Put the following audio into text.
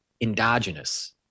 endogenous